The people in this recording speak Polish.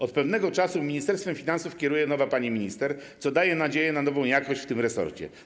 Od pewnego czasu Ministerstwem Finansów kieruje nowa pani minister, co daje nadzieję na nową jakość w tym resorcie.